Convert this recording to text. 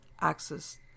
access